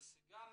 סגן